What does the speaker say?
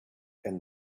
and